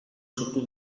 sortu